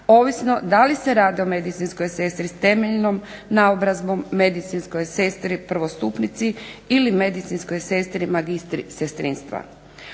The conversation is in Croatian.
ovisno da li se radi o medicinskoj sestri s osnovnom naobrazbom, medicinskoj sestri prvostupnici ili medicinskoj sestri magistri sestrinstva.